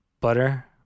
Butter